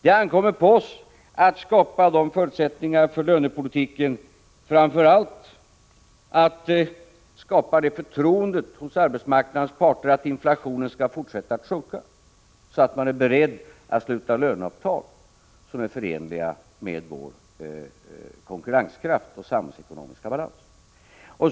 Det ankommer på oss att skapa förutsättningar för lönepolitiken, framför allt skapa förtroende hos arbetsmarknadens parter, så att inflationen fortsätter att minska och man är beredd att sluta löneavtal som är förenliga med vår konkurrenskraft och samhällsekonomiska balans.